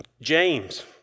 James